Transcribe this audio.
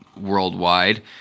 worldwide